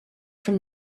from